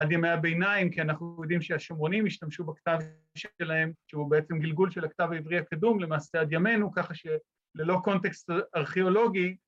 ‫עד ימי הביניים, כי אנחנו יודעים ‫שהשומרונים השתמשו בכתב שלהם, ‫שהוא בעצם גלגול של הכתב העברי הקדום, ‫למעשה עד ימינו, ‫ככה שללא קונטקסט ארכיאולוגי.